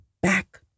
back